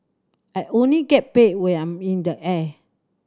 I only get paid when I'm in the air